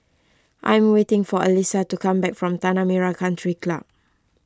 I am waiting for Elisa to come back from Tanah Merah Country Club